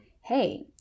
hey